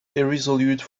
irresolute